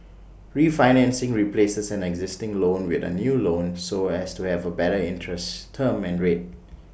refinancing replaces an existing loan with A new loan so as to have A better interest term and rate